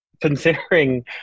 considering